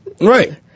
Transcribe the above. Right